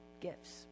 gifts